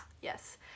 yes